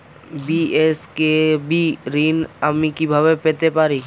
BSKB ঋণ আমি কিভাবে পেতে পারি?